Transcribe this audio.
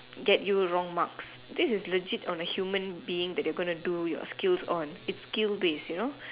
get you wrong mark this is legit on a human being that you are gonna do your skills on it's skill based you know